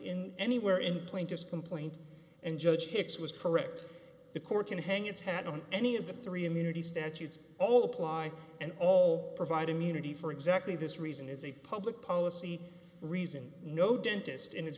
in anywhere in plaintiff's complaint and judge hicks was correct the court can hang its hat on any of the three immunity statutes all apply and all provide immunity for exactly this reason is a public policy reason no dentist in his